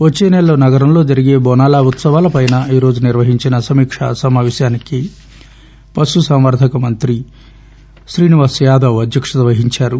వచ్చేనెలలో నగరంలో జరిగే బోనాల ఉత్సవాలపైన ఈరోజు నిర్వహించిన సమీకా సమాపేశానికి పశుసంవర్గక మంత్రి శ్రీనివాస్ యాదవ్ అధ్యక్షత వహించారు